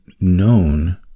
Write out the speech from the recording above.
known